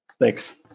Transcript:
thanks